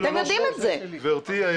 גברתי,